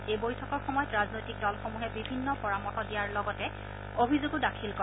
এই বৈঠকৰ সময়ত ৰাজনৈতিক দলসমূহে বিভিন্ন পৰামৰ্শ দিয়াৰ লগতে অভিযোগো দাখিল কৰে